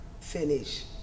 finish